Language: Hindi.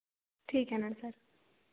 ठीक है ना सर